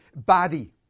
baddie